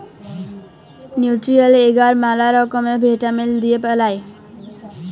nutrient এগার ম্যালা রকমের ভিটামিল দিয়ে বেলায়